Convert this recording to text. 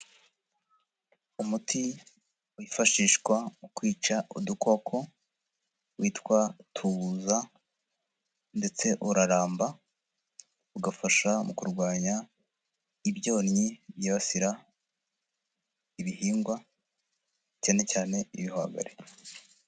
Umuti wifashishwa mu kwica udukoko witwa Tuza, ndetse uraramba ugafasha mu kurwanya ibyonnyi byibasira ibihingwa, cyane cyane ibihwagari.